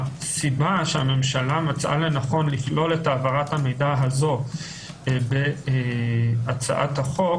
הסיבה שהממשלה מצאה לנכון לכלול את העברת המידע הזו בצעת ההחוק